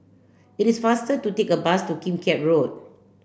it is faster to take a bus to Kim Keat Road